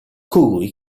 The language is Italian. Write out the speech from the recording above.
colui